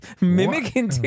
mimicking